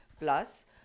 Plus